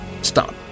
stop